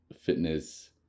fitness